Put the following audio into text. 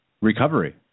Recovery